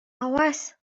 awas